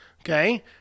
Okay